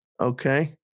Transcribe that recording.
Okay